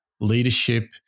leadership